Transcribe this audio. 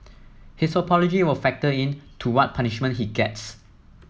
his apology will factor in to what punishment he gets